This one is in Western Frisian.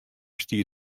stie